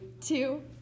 two